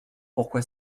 pourquoi